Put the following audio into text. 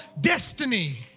destiny